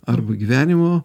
arba gyvenimo